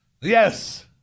Yes